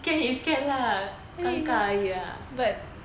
can is can lah 尴尬而已啦